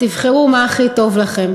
תבחרו מה הכי טוב לכם.